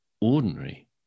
ordinary